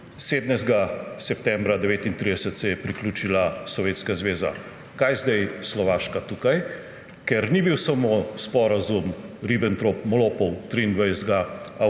17. septembra 1939 se je priključila Sovjetska zveza. Kaj zdaj Slovaška tukaj? Ker ni bil samo sporazum Ribbentrop-Molotov 23. avgusta